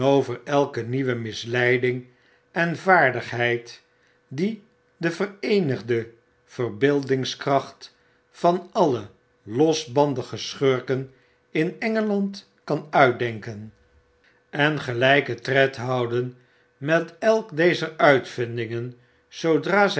elke meuwe misleiding en vaardigheid die de vereenigde verbeeldingskracht van alle losbandige schurken in engeland kan uitdenken en gelyken tred houden met elk dezer uitvindingen zoodra zij